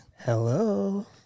Hello